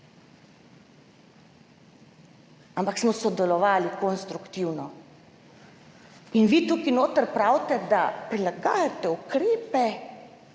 ampak smo sodelovali konstruktivno. In vi tukaj noter pravite, da prilagajate ukrepe